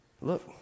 Look